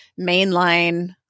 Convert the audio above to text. mainline